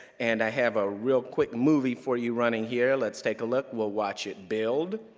and i have a real quick movie for you running here. let's take a look, we'll watch it build,